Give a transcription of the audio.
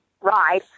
ride